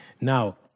Now